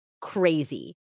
crazy